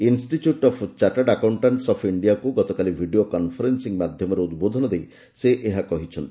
institute of chartered accountants of ଇଣ୍ଡିଆକୁ ଗତକାଲି video conferencing ମାଧ୍ୟମରେ ଉଦ୍ବୋଧନ ଦେଇ ସେ ଏହା କହିଚ୍ଛନ୍ତି